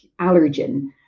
allergen